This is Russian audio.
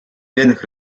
бедных